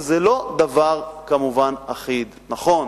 זה כמובן לא דבר אחיד, נכון.